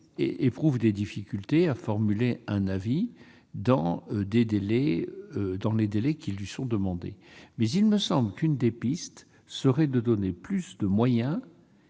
éprouve des difficultés à formuler un avis dans les délais qui lui sont impartis. Il me semble qu'une des pistes serait de lui donner plus de moyens